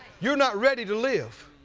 you're not ready to live.